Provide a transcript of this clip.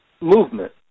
movement